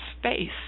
space